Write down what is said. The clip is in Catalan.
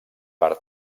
per